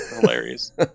hilarious